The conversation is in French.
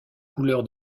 couleur